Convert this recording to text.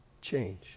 change